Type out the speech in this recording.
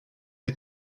les